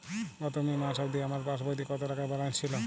গত মে মাস অবধি আমার পাসবইতে কত টাকা ব্যালেন্স ছিল?